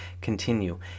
continue